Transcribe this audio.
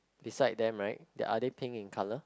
beside them right the are they pink in colour